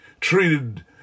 treated